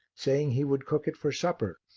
saying he would cook it for supper,